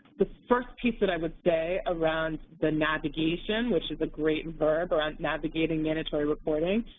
the first piece that i would say around the navigation which is a great verb around navigating mandatory reporting,